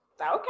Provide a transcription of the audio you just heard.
Okay